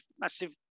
massive